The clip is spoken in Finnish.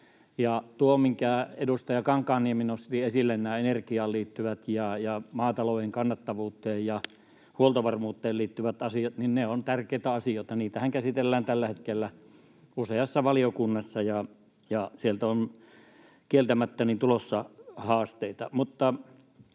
asiat, mitkä edustaja Kankaanniemi nosti esille, nämä energiaan ja maatalouden kannattavuuteen ja huoltovarmuuteen liittyvät asiat, ovat tärkeitä. Niitähän käsitellään tällä hetkellä useassa valiokunnassa, ja sieltä on kieltämättä tulossa haasteita.